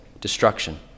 destruction